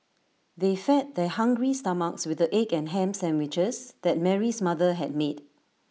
they fed their hungry stomachs with the egg and Ham Sandwiches that Mary's mother had me